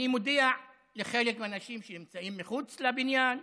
אני מודיע לחלק מהאנשים שנמצאים מחוץ לבניין,